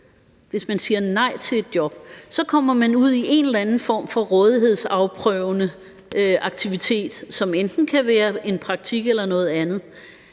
Hvis man siger nej til et job, kommer man ud i en eller anden form for rådighedsafprøvende aktivitet, som enten kan være en praktik eller noget andet.